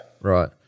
Right